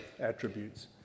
attributes